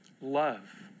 love